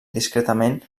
discretament